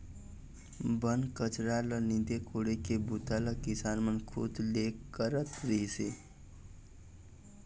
बन कचरा ल नींदे कोड़े के बूता ल किसान मन खुद ले करत रिहिस हे